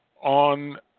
on